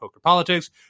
pokerpolitics